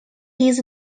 his